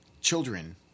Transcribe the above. Children